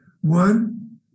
one